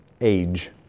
age